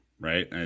right